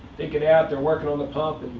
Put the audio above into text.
take it out, they're working on the pump, and